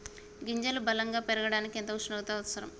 గింజలు బలం గా పెరగడానికి ఎంత ఉష్ణోగ్రత అవసరం?